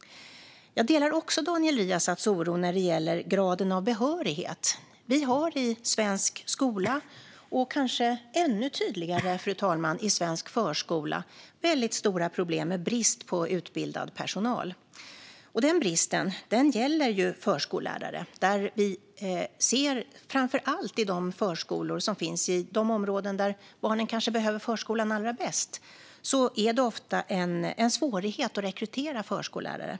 Jag delar också Daniel Riazats oro när det gäller graden av behörighet. Vi har i svensk skola, och kanske ännu tydligare i svensk förskola, väldigt stora problem med brist på utbildad personal. Den bristen gäller förskollärare. Det ser vi framför allt i de förskolor som finns i de områden där barnen kanske behöver förskolan allra bäst. Där är det ofta en svårighet att rekrytera förskollärare.